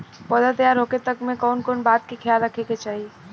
पौधा तैयार होखे तक मे कउन कउन बात के ख्याल रखे के चाही?